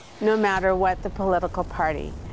no matter what the political party.